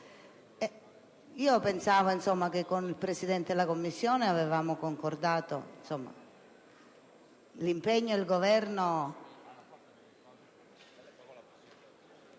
Presidente, con il Presidente della Commissione avevamo concordato l'impegno del Governo.